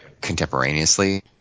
contemporaneously